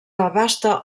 abasta